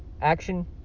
Action